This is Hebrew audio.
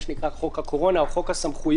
מה שנקרא "חוק הקורונה" או "חוק הסמכויות",